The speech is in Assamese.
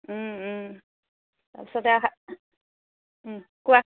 ও ও তাৰপিছতে কোৱা